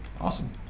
awesome